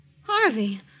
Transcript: Harvey